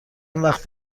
وقت